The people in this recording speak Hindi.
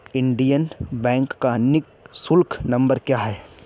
इंडियन बैंक का निःशुल्क नंबर क्या है?